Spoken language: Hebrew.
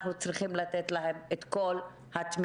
אנחנו צריכים לתת להם את כל התמיכה,